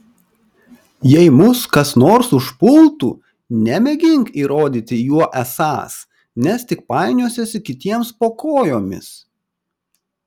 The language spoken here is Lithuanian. jei mus kas nors užpultų nemėgink įrodyti juo esąs nes tik painiosiesi kitiems po kojomis